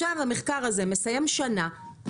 המחקר הזה מסיים שנה,